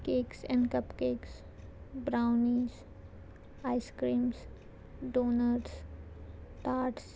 cakes and cup cakes brownies ice-creams donuts tats